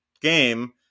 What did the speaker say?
game